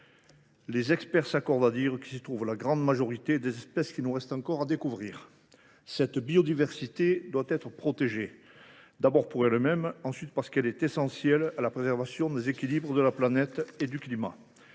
Les experts s’accordent à dire que s’y trouve la grande majorité des espèces qu’il nous reste encore à découvrir. Cette biodiversité doit être protégée : d’abord pour elle même ; ensuite, parce qu’elle est essentielle à la préservation des équilibres de la planète et du climat